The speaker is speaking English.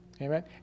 Amen